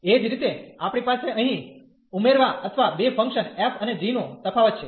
એ જ રીતે આપણી પાસે અહીં ઉમેરવા અથવા બે ફંક્શન f અને g નો તફાવત છે